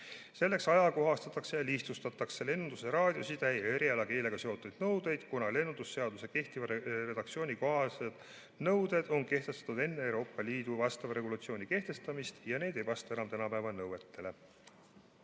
Selleks ajakohastatakse ja lihtsustatakse lennunduse raadioside ja erialakeelega seotud nõudeid, kuna lennundusseaduse kehtiva redaktsiooni kohased nõuded on kehtestatud enne Euroopa Liidu vastava regulatsiooni kehtestamist ja need ei vasta enam tänapäeva nõuetele.